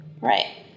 Right